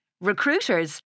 Recruiters